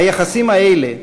היחסים האלה,